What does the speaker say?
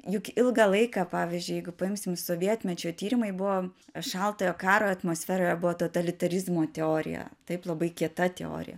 juk ilgą laiką pavyzdžiui jeigu paimsim sovietmečio tyrimai buvo šaltojo karo atmosferoje buvo totalitarizmo teorija taip labai kieta teorija